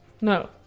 no